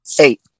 eight